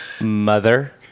Mother